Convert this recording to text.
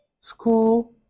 school